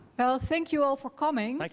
ah thank you all for coming. like